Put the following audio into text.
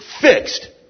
fixed